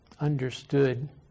Understood